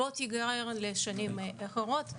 לא תיגרר לשנים אחרות.